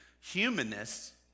humanness